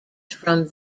from